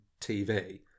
TV